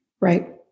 right